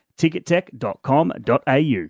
Tickettech.com.au